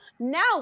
Now